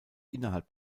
innerhalb